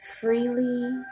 freely